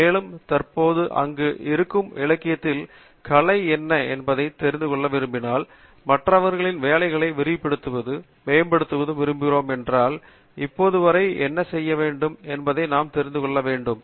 மேலும் தற்போது அங்கு இருக்கும் இலக்கியத்தில் கலை என்ன என்பதை தெரிந்து கொள்ள விரும்பினால் மற்றவர்களின் வேலைகளை விரிவுபடுத்துவதும் மேம்படுத்தவும் விரும்புகிறோம் என்றால் இப்போது வரை என்ன செய்ய வேண்டும் என்பதை நாம் தெரிந்து கொள்ள வேண்டும்